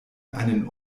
einen